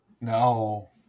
No